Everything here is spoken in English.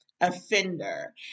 Offender